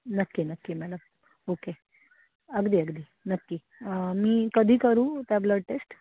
नक्की नक्की madam okay अगदी अगदी नक्की मी कधी करू त्या ब्लड टेस्ट